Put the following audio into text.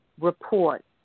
report